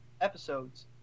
episodes